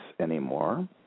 anymore